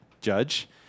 judge